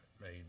made